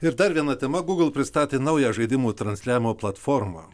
ir dar viena tema google pristatė naują žaidimų transliavimo platformą